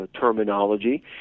terminology